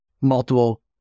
multiple